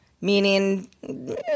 meaning